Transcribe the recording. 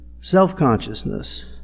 self-consciousness